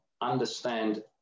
understand